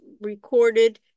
recorded